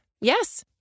Yes